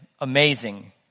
amazing